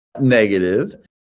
negative